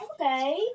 Okay